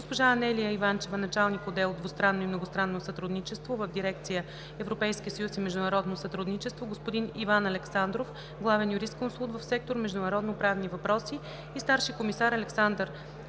госпожа Анелия Иванчева – началник на отдел „Двустранно и многостранно сътрудничество“ в дирекция „Европейски съюз и международно сътрудничество“, господин Иван Александров – главен юрисконсулт в сектор „Международно-правни въпроси“ и старши комисар Александър